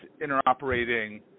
interoperating